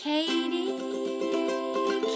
Katie